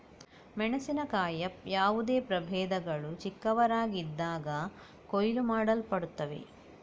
ಮೆಣಸಿನಕಾಯಿಯ ಯಾವುದೇ ಪ್ರಭೇದಗಳು ಚಿಕ್ಕವರಾಗಿದ್ದಾಗ ಕೊಯ್ಲು ಮಾಡಲ್ಪಡುತ್ತವೆ